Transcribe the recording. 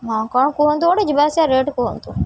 ହଁ କ'ଣ କୁହନ୍ତୁ ଗୋଟେ ଯିବା ଆସିବା ରେଟ୍ କୁହନ୍ତୁ